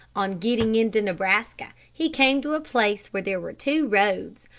on getting into nebraska, he came to a place where there were two roads.